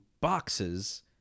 boxes